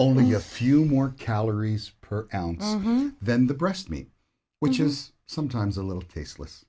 only a few more calories per ounce then the breast meat which is sometimes a little tasteless